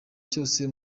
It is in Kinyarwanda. cyose